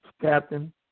captain